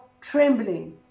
trembling